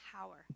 power